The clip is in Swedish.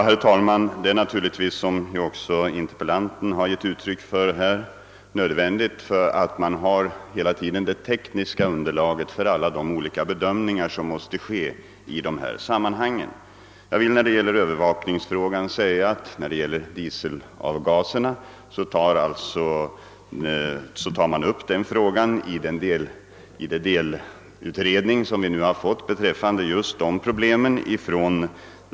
Herr talman! Det är naturligtvis — som ju också interpellanten gett uttryck för — nödvändigt att man hela tiden har det tekniska underlaget för alla de olika bedömningar som måste ske i dessa sammanhang. Jag vill när det gäller övervakningsfrågan säga att vad dieselgaserna beträffar så tar man upp den frågan i den delutredning från ledningsgruppens sida som vi nu har fått beträffande just de problemen.